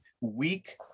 weak